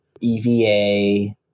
EVA